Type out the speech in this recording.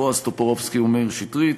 בועז טופורובסקי ומאיר שטרית,